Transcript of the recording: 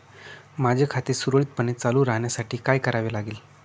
माझे खाते सुरळीतपणे चालू राहण्यासाठी काय करावे लागेल?